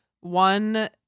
One